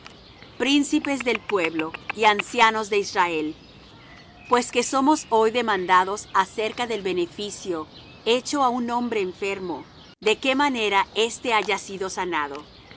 príncipes del pueblo y ancianos de israel pues que somos hoy demandados acerca del beneficio hecho á un hombre enfermo de qué manera éste haya sido sanado